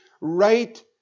right